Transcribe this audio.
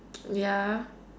ya